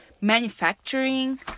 manufacturing